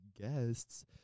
guests